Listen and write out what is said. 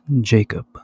Jacob